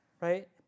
right